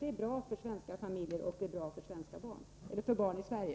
Det är bra för svenska familjer och för barnen i Sverige.